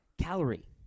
Calorie